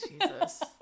Jesus